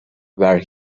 where